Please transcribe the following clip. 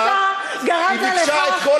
לא הוסף הזמן כדי שרק תשאל.